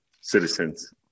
citizens